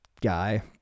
guy